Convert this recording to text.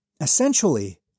essentially